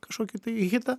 kažkokį tai hitą